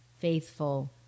faithful